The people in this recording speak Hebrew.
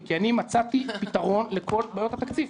כי אני מצאתי פתרון לכל בעיות התקציב.